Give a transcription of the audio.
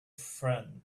friend